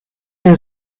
had